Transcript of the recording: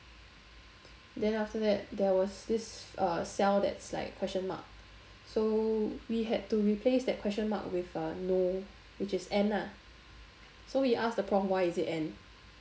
then after that there was this uh cell that's like question mark so we had to replace that question mark with a no which is N lah so we ask the prof why is it N